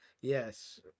Yes